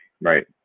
right